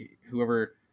whoever